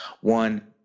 one